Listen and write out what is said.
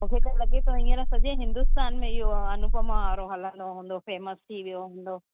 मूंखे त लॻे थो हीअंर सॼे हिंदुस्तान में इहो अनूपमा वारो हलंदो हुंदो फ़ेमस थी वियो हूंदो